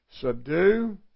Subdue